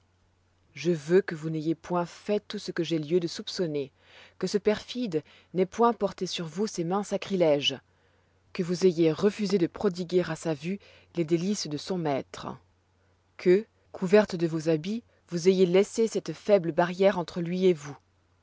je veux que vous n'ayez point fait tout ce que j'ai lieu de soupçonner que ce perfide n'ait point porté sur vous ses mains sacriléges que vous ayez refusé de prodiguer à sa vue les délices de son maître que couverte de vos habits vous ayez laissé cette foible barrière entre lui et vous